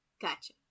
Gotcha